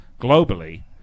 globally